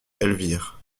elvire